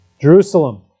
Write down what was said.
jerusalem